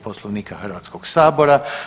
Poslovnika Hrvatskog sabora.